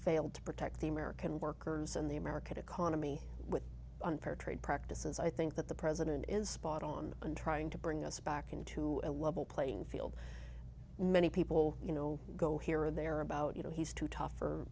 failed to protect the american workers and the american economy with unfair trade practices i think that the president is spot on and trying to bring us back into a level playing field and many people you know go here or there about you know he's too tough or